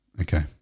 Okay